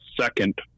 second